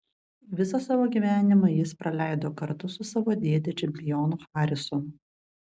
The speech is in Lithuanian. visą savo gyvenimą jis praleido kartu su savo dėde čempionu harisonu